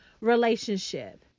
relationship